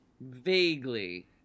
Vaguely